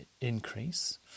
increase